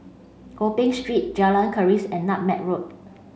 Gopeng Street Jalan Keris and Nutmeg Road